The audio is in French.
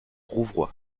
rouvroy